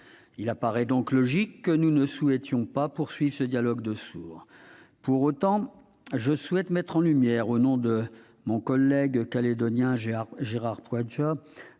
Il apparaît donc logique que nous ne souhaitions pas poursuivre ce dialogue de sourds. Pour autant, je veux mettre en lumière, au nom de mon collègue calédonien Gérard Poadja,